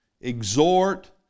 exhort